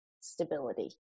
stability